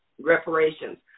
reparations